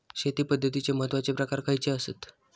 शेती पद्धतीचे महत्वाचे प्रकार खयचे आसत?